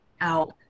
out